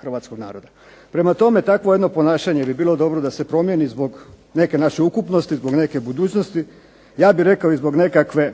hrvatskog naroda. Prema tome takvo jedno ponašanje bi bilo dobro da se promijeni zbog neke naše ukupnosti, zbog neke budućnosti. Ja bih rekao i zbog nekakve